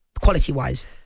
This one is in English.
quality-wise